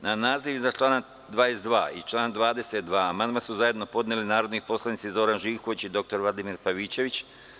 Na naziv iznad člana 22. i član 22. amandman su zajedno podneli narodni poslanici Zoran Živković i Vladimir Pavićević.